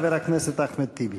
חבר הכנסת אחמד טיבי.